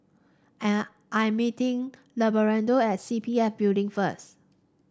I'm meeting Abelardo at C P F Building first